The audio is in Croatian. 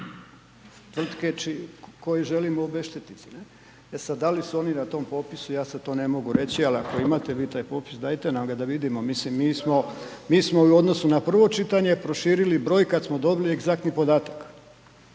tvrtke koje želimo obeštetiti, e sad da li su oni na tom popisu ja sad to ne mogu reći, ali ako vi imate taj popis dajte nam ga da vidimo. Mislimo mi smo, mi smo i u odnosu na prvo čitanje prošili broj kad smo dobili egzaktni podatak.